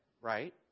right